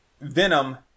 venom